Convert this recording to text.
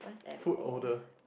food odour